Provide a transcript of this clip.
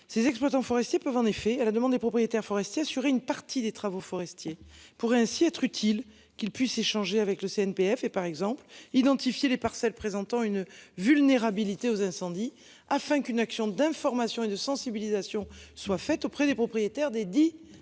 Ses exploitants forestiers peuvent en effet à la demande des propriétaires forestiers assurer une partie des travaux forestiers pourraient ainsi être utile qu'ils puissent échanger avec le CNPF, et par exemple, identifier les parcelles présentant une vulnérabilité aux incendies afin qu'une action d'information et de sensibilisation soit faite auprès des propriétaires des dit. Parcelles